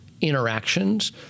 interactions